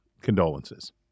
condolences